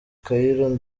cairo